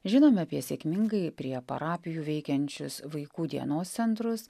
žinome apie sėkmingai prie parapijų veikiančius vaikų dienos centrus